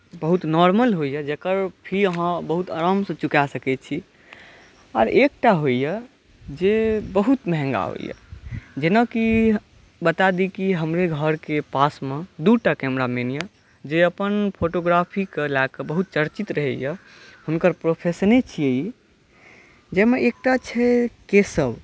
बहुत नॉर्मल होइया जेकर फी अहाँ बहुत आरामसऽ चुंँका सकै छी आओर एकटा होइया जे बहुत महँगा होइया जेनाकि बता दी कि हमरे घरके पास मे दूटा कैमरा मैन यऽ जे अपन फोटोग्राफीके लऽ के बहुत चर्चित रहैया हुनकर प्रोफेशने छियै ई जाहिमे एकटा छै केशव